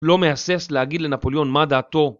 לא מהסס להגיד לנפוליאון מה דעתו.